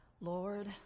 Lord